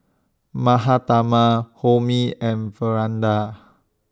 Mahatma Homi and